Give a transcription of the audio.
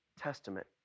Testament